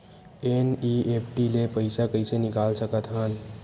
NEFT ले पईसा कइसे निकाल सकत हन?